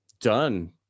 done